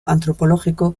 antropológico